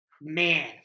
man